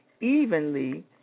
evenly